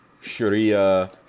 Sharia